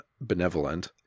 benevolent